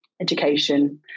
education